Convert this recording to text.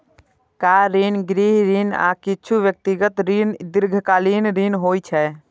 car ऋण, गृह ऋण, आ किछु व्यक्तिगत ऋण दीर्घकालीन ऋण होइ छै